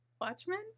Watchmen